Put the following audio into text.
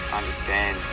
understand